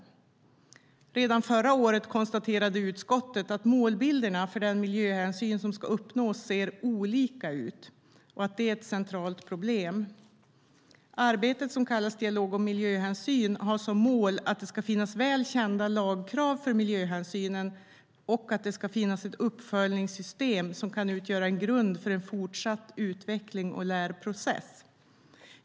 Redan förra året konstaterade utskottet att målbilderna för den miljöhänsyn som ska uppnås ser olika ut och att det är ett centralt problem. Det arbete som kallas Dialog om miljöhänsyn har som ett mål att det ska finna väl kända lagkrav för miljöhänsyn och att det ska finnas ett uppföljningssystem som kan utgöra grund för en fortsatt utvecklings och lärprocess.